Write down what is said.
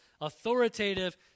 authoritative